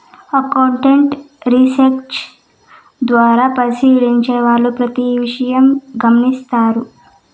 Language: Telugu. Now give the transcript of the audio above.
అకౌంటింగ్ రీసెర్చ్ ద్వారా పరిశీలించే వాళ్ళు ప్రతి విషయం గమనిత్తారు